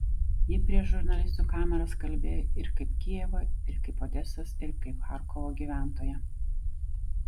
ji prieš žurnalistų kameras kalbėjo ir kaip kijevo ir kaip odesos ir kaip charkovo gyventoja